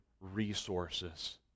resources